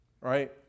Right